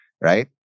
right